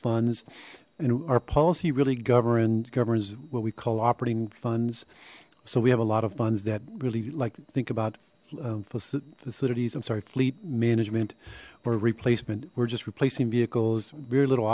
funds and our policy really governed governs what we call operating funds so we have a lot of funds that really like to think about facilities i'm sorry fleet management or replacement we're just replacing vehicles very little